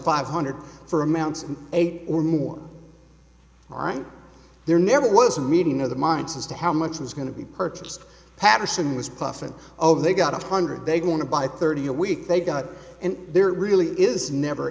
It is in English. hundred for amounts eight or more all right there never was a meeting of the minds as to how much was going to be purchased patterson was puffing over they got a hundred they want to buy thirty a week they got and there really is never